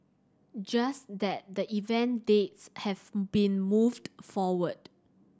just that the event dates have been moved forward